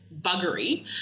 buggery